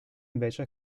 invece